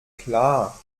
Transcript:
klar